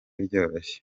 byoroshye